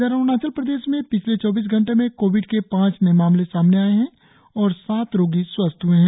इधर अरुणाचल प्रदेश में पिछले चौबीस घंटे में कोविड के पांच नए मामले सामने आए है और सात रोगी स्वस्थ हुए है